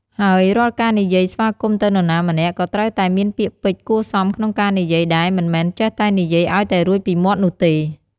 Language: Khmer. ហើយរាល់ការនិយាយស្វាគមន៍ទៅនរណាម្នាក់ ក៏ត្រូវតែមានពាក្យពេចន៍គួរសមក្នុងការនិយាយដែរមិនមែនចេះតែនិយាយអោយតែរួចពីមាត់នោះទេ។